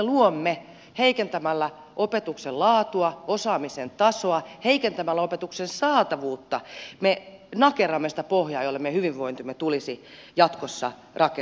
nyt heikentämällä opetuksen laatua osaamisen tasoa heikentämällä opetuksen saatavuutta me nakerramme sitä pohjaa jolle meidän hyvinvointimme tulisi jatkossa rakentua